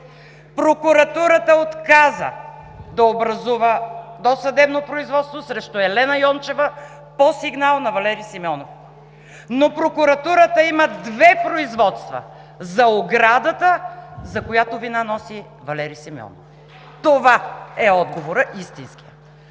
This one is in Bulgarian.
Прокуратурата отказа да образува досъдебно производство срещу Елена Йончева по сигнал на Валери Симеонов. Но Прокуратурата има две производства за оградата, за която вина носи Валери Симеонов. Това е отговорът, истинският.